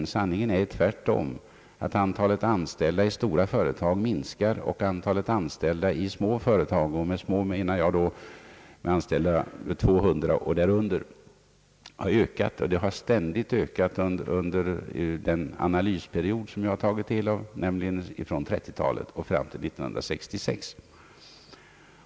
Sanningen är att antalet anställda i stora företag minskat och att antalet anställda i små företag — med små företag menar jag företag med högst 200 anställda — ständigt har ökat under den analysperiod som jag har tagit del av, nämligen från 1930-talet och fram till år 1966.